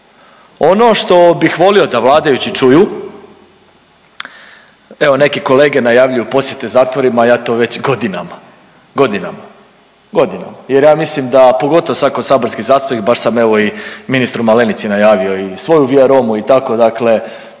Ono što bih volio da vladajući čuju, evo neki kolege najavljuju posjete zatvorima, ja to već godinama, godinama, godinama jer ja mislim da pogotovo sad ko saborski zastupnik baš sam evo i ministru Malenici najavio i svoju Via Romu i tako dakle